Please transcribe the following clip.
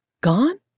gone